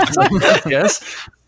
Yes